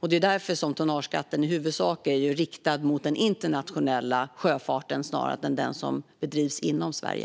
Det är därför tonnageskatten i huvudsak är riktad till den internationella sjöfarten snarare än till den som bedrivs inom Sverige.